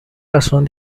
razón